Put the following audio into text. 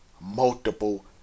multiple